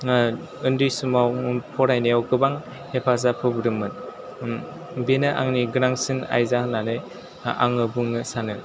उन्दै समाव फरायनायाव गोबां हेफाजाब होबोदोंमोन बेनो आंनि गोनांसिन आइदा होननानै आङो बुंनो सानो